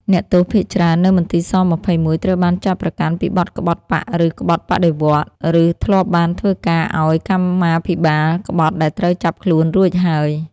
អ្នកទោសភាគច្រើននៅមន្ទីរ ស-២១ ត្រូវបានចោទប្រកាន់ពីបទក្បត់បក្សឬក្បត់បដិវត្តន៍ ឬធ្លាប់បានធ្វើការឱ្យ កម្មាភិបាលក្បត់ដែលត្រូវចាប់ខ្លួនរួចហើយ ។